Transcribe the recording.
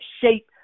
shape